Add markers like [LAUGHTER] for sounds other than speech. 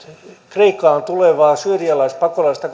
kreikkaan tulevaa syyrialaispakolaista [UNINTELLIGIBLE]